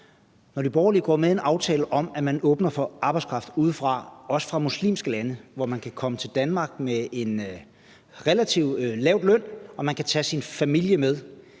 når Nye Borgerlige går med i en aftale om, at man åbner for arbejdskraft udefra – også fra muslimske lande – hvor man kan komme til Danmark med en relativt lav løn, og man kan tage sin familie med,